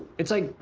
it's like,